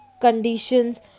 Conditions